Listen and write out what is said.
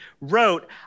wrote